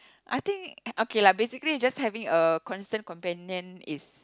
I think okay lah basically just having a constant companion is